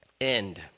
end